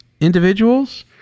individuals